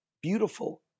beautiful